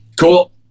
cool